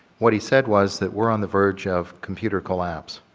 what he said was that we're on the verge of computer collapse.